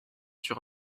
sur